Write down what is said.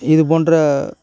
இது போன்ற